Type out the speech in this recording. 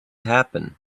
happen